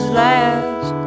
last